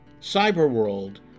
Cyberworld